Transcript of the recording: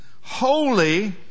holy